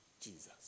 Jesus